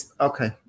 okay